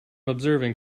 observing